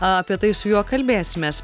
apie tai su juo kalbėsimės